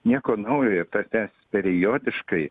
nieko naujoir tas tęsias periodiškai